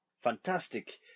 fantastic